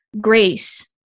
Grace